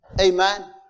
Amen